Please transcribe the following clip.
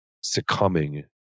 succumbing